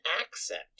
accent